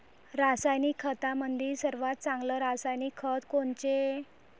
रासायनिक खतामंदी सर्वात चांगले रासायनिक खत कोनचे?